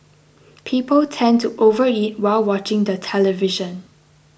people tend to overeat while watching the television